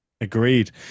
agreed